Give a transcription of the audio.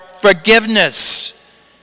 forgiveness